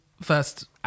first